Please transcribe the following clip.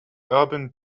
urban